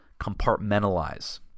compartmentalize